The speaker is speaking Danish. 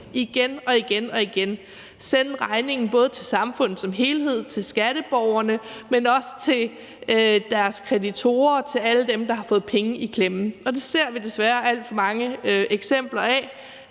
igen og igen. De kan sende regningen både til samfundet som helhed og skatteborgerne, men også til deres kreditorer, til alle dem, der har fået penge i klemme. Vi ser desværre alt for mange eksempler på,